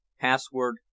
Password